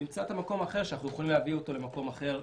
נמצא מקום אחר שאנחנו יכולים להביא אותו למקום אחר,